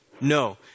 No